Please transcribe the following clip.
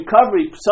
recovery